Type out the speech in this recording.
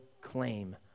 claim